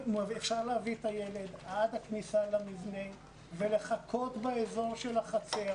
אפשר להביא את הילד עד הכניסה למבנה ולחכות באזור של החצר,